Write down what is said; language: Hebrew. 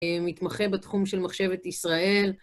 מתמחה בתחום של מחשבת ישראל.